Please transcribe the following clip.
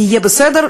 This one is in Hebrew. יהיה בסדר,